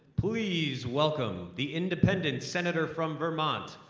please welcome the independent senator from vermont,